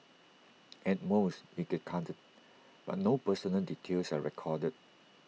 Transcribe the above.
at most you get carded but no personal details are recorded